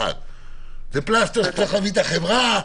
שצריך להביא את החברה,